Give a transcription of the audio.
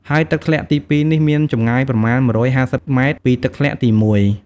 ហើយទឹកធ្លាក់ទី២នេះ មានចំងាយប្រមាណ១៥០ម៉ែត្រពីទឹកធ្លាក់ទី១។